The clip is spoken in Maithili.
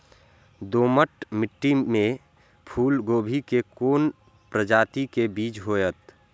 दोमट मिट्टी में फूल गोभी के कोन प्रजाति के बीज होयत?